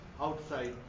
outside